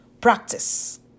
practice